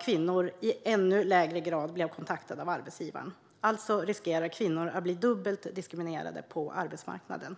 Kvinnor blev i ännu lägre grad kontaktade av arbetsgivarna. Alltså riskerar kvinnor att bli dubbelt diskriminerade på arbetsmarknaden.